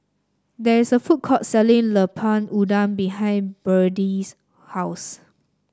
there is a food court selling Lemper Udang behind Byrdie's house